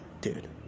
dude